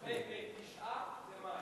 ב-9 במאי.